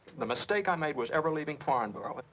the mistake i made was ever leaving farnborough.